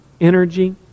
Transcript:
energy